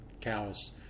cows